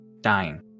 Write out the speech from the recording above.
dying